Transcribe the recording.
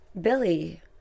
Billy